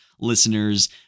listeners